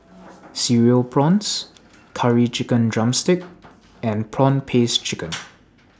Cereal Prawns Curry Chicken Drumstick and Prawn Paste Chicken